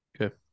Okay